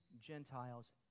Gentiles